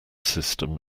system